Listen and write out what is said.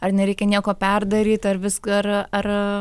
ar nereikia nieko perdaryt ar viską ar ar